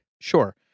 Sure